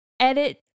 edit